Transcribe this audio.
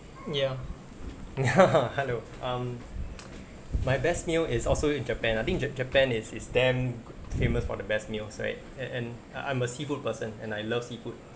ya ya hello um my best meal is also in japan ah I think ja~ japan is is damn famous for the best meals right and and I'm a seafood person and I love seafood